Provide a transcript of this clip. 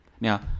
Now